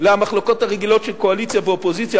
למחלוקות הרגילות של קואליציה ואופוזיציה.